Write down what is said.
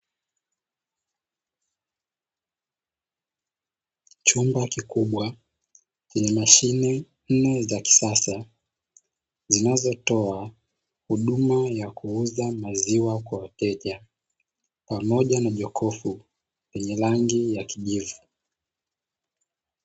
Chumba kikubwa chenye mashine nne za kisasa zinazotoa huduma ya kuuza maziwa kwa wateja pamoja na jokofu lenye rangi ya kijivu.